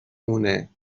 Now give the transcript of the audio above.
مونه